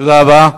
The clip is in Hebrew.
תודה רבה.